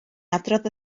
adrodd